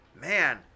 man